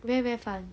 very very fun